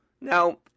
Now